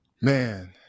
man